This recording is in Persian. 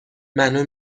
منو